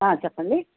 చెప్పండి